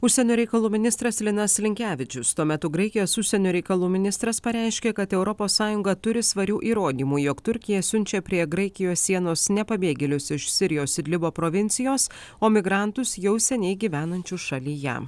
užsienio reikalų ministras linas linkevičius tuo metu graikijos užsienio reikalų ministras pareiškė kad europos sąjunga turi svarių įrodymų jog turkija siunčia prie graikijos sienos ne pabėgėlius iš sirijos idlibo provincijos o migrantus jau seniai gyvenančių šalyje